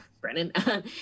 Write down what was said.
Brennan